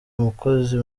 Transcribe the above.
umukozi